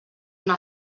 una